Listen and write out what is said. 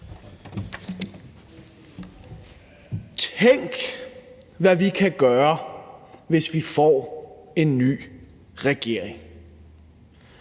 »Tænk hvad vi kan gøre, hvis vi får en ny regering«.